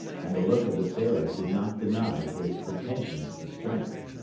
and the look of the sailor did not deny his pretensions to strength.